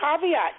caveat